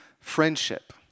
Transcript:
friendship